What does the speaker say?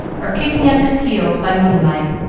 or kicking up his heels by moonlight,